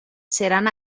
seran